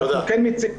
אז אנחנו כן --- את